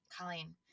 Colleen